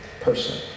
person